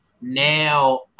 now